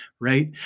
right